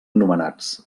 nomenats